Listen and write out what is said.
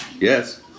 Yes